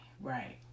right